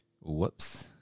whoops